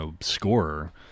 scorer